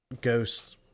ghosts